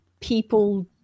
people